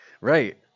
right